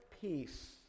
peace